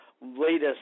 latest